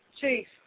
chief